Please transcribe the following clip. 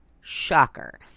Shocker